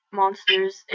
monsters